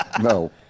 no